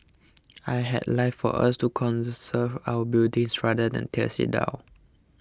I had like for us to conserve our buildings rather than tears it down